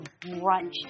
brunch